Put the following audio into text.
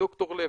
ד"ר לב,